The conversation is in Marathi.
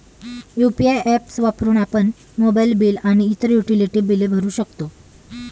यु.पी.आय ऍप्स वापरून आपण मोबाइल बिल आणि इतर युटिलिटी बिले भरू शकतो